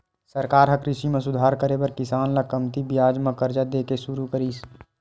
सरकार ह कृषि म सुधार करे बर किसान ल कमती बियाज म करजा दे के सुरू करिस